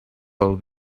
pel